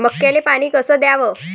मक्याले पानी कस द्याव?